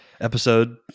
episode